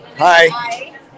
Hi